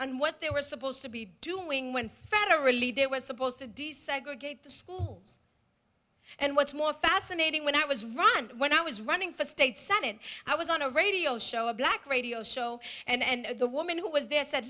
on what they were supposed to be doing when federally there was supposed to desegregate the schools and what's more fascinating when i was run when i was running for state senate i was on a radio show a black radio show and the woman who was there said